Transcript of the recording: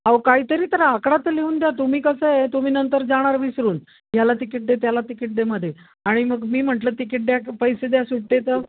अहो कायतरी तर आकडा तर लिहून द्या तुम्ही कसं आहे तुम्ही नंतर जाणार विसरून ह्याला तिकीट दे त्याला तिकीट दे मध्ये आणि मग मी म्हटलं तिकीट द्या पैसे द्या सुटे तर